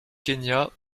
kenya